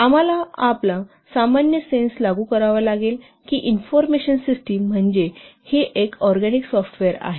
आम्हाला आपला सामान्य सेन्स लागू करावा लागेल की इन्फॉर्मेशन सिस्टिम म्हणजे हे एक ऑरगॅनिक सॉफ्टवेअर आहे